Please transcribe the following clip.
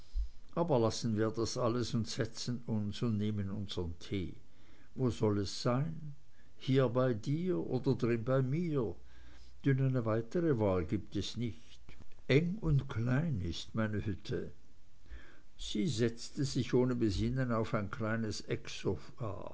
aber lassen wir das alles und setzen uns und nehmen unsern tee wo soll es sein hier bei dir oder drin bei mir denn eine weitere wahl gibt es nicht eng und klein ist meine hütte sie setzte sich ohne besinnen auf ein kleines